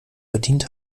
verdient